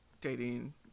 dating